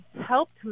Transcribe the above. helped